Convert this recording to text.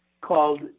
called